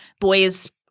Boys